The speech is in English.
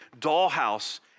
dollhouse